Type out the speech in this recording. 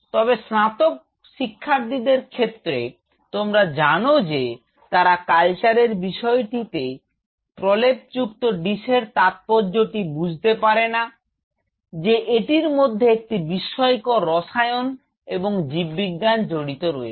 তবে স্নাতক শিক্ষার্থীদের ক্ষেত্রে তোমরা জান যে তারা কালচারের বিষয়টিতে প্রলেপযুক্ত ডিশের তাৎপর্যটি বুঝতে পারে না যে এটির মধ্যে একটি বিস্ময়কর রসায়ন এবং জীববিজ্ঞান জড়িত রয়েছে